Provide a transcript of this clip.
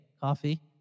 coffee